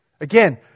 Again